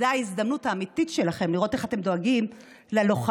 זאת ההזדמנות האמיתית שלכם לראות איך אתם דואגים ללוחמים,